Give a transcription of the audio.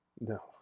No